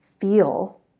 feel